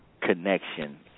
connection